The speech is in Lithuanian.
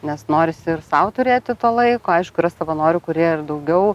nes norisi ir sau turėti to laiko aišku yra savanorių kurie ir daugiau